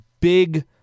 big